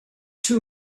two